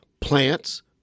plants